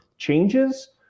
changes